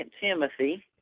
Timothy